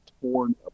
torn